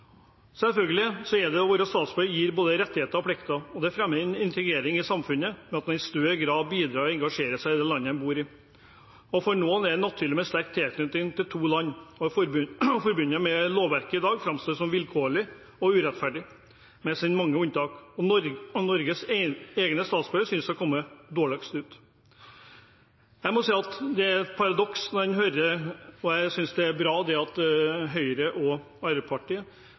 Det å være statsborger gir selvfølgelig både rettigheter og plikter, og det fremmer integrering i samfunnet ved at man i større grad bidrar og engasjerer seg i det landet man bor i. For noen er det naturlig med en sterk tilknytning til to land, og Nordmanns-Forbundet/Norwegians Worldwide mener lovverket i dag framstår som vilkårlig og urettferdig med sine mange unntak, der Norges egne statsborgere synes å komme dårligst ut. Det er et paradoks, og jeg synes det er bra at Høyre og Arbeiderpartiet